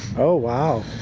oh, wow.